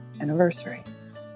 anniversaries